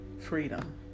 freedom